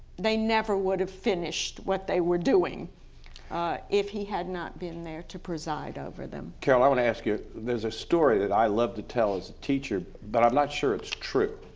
they never would have finished what they were doing if he had not been there to preside over them. carol, i want to ask you, there's a story that i love to tell as a teacher but i'm not sure it's true.